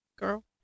Girl